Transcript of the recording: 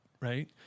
right